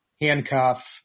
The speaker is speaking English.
handcuff